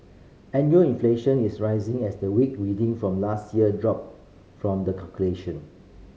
annual inflation is rising as the weak reading from last year drop from the calculation